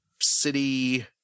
city